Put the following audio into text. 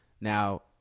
now